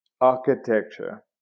architecture